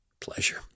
pleasure